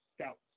Scouts